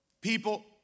people